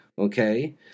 Okay